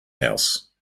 house